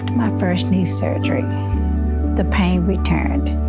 my first knee surgery the pain returned.